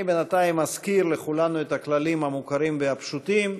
אני בינתיים אזכיר לכולנו את הכללים המוכרים והפשוטים: